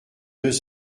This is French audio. deux